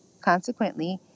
Consequently